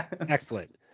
Excellent